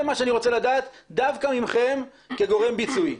זה מה שאני רוצה לדעת דווקא מכם כגורם ביצועי.